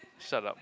shut up